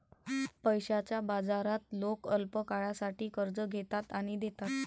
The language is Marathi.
पैशाच्या बाजारात लोक अल्पकाळासाठी कर्ज घेतात आणि देतात